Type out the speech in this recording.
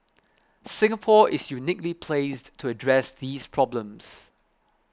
Singapore is uniquely placed to address these problems